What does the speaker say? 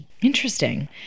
Interesting